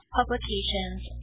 publications